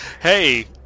hey